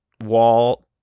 wall